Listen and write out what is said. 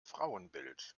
frauenbild